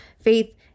faith